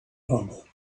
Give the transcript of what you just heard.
humble